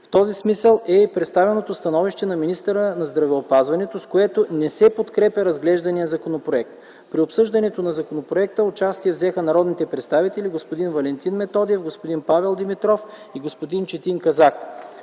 В този смисъл е и представеното становище на министъра на здравеопазването, с което не се подкрепя разглежданият законопроект. При обсъждането на законопроекта взеха участие народните представители господин Веселин Методиев, господин Павел Димитров и господин Четин Казак.